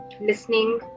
listening